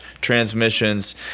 transmissions